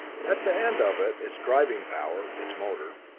at the end of it, its driving power, its motor,